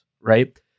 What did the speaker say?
right